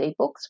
ebooks